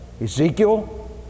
Ezekiel